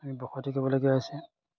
আমি বসতি কৰিবলগীয়া হৈছে